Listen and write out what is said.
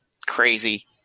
crazy